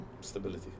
Stability